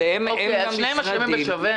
בסדר, אז שניהם אשמים בשווה.